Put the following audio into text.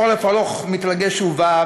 חורף ארוך מתרגש ובא,